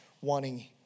wanting